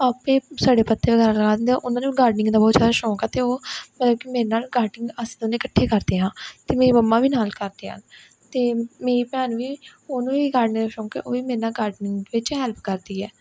ਆਪੇ ਸੜੇ ਪੱਤੇ ਵਗੈਰਾ ਲਾਹ ਦਿੰਦੇ ਆ ਉਹਨਾਂ ਨੂੰ ਗਾਰਡਨਿੰਗ ਦਾ ਬਹੁਤ ਜ਼ਿਆਦਾ ਸ਼ੌਕ ਹੈ ਅਤੇ ਉਹ ਮੇਰੇ ਨਾਲ ਗਾਰਡਨਿੰਗ ਅਸੀਂ ਦੋਨੇ ਇਕੱਠੇ ਕਰਦੇ ਹਾਂ ਅਤੇ ਮੇਰੀ ਮੰਮਾ ਵੀ ਨਾਲ ਕਰਦੇ ਹੈ ਅਤੇ ਮੇਰੀ ਭੈਣ ਵੀ ਉਹਨੂੰ ਵੀ ਗਾਰਡਨਿੰਗ ਦਾ ਸ਼ੌਕ ਹੈ ਉਹ ਵੀ ਮੇਰੇ ਨਾਲ ਗਾਰਡਨਿੰਗ ਵਿੱਚ ਹੈਲਪ ਕਰਦੀ ਹੈ